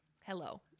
hello